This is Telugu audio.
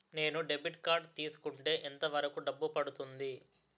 నేను డెబిట్ కార్డ్ తీసుకుంటే ఎంత వరకు డబ్బు పడుతుంది?